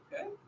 Okay